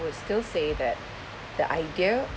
would still say that the idea